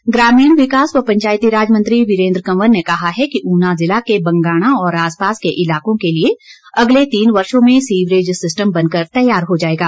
कंवर ग्रामीण विकास व पंचायतीराज मंत्री वीरेन्द्र कंवर ने कहा है कि ऊना ज़िला के बंगाणा और आसपास के इलाकों के लिए अगले तीन वर्षो में सीवरेज सिस्टम बनकर तैयार हो जाएगा